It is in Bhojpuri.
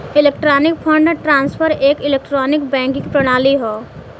इलेक्ट्रॉनिक फण्ड ट्रांसफर एक इलेक्ट्रॉनिक बैंकिंग प्रणाली हौ